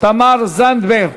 תמר זנדברג,